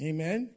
Amen